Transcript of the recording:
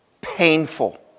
painful